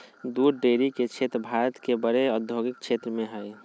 दूध डेरी के क्षेत्र भारत के बड़े औद्योगिक क्षेत्रों में हइ